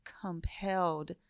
compelled